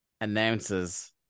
announces